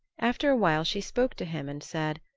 after a while she spoke to him and said,